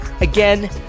Again